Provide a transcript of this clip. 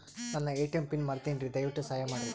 ನನ್ನ ATM PIN ಮರೆತೇನ್ರೀ, ದಯವಿಟ್ಟು ಸಹಾಯ ಮಾಡ್ರಿ